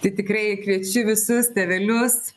tai tikrai kviečiu visus tėvelius